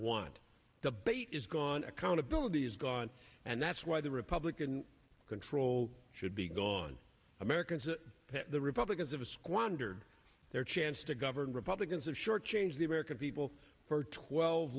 want debate is gone accountability is gone and that's why the republican control should be gone americans the republicans have squandered their chance to govern republicans and shortchanged the american people for twelve